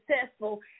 successful